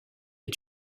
est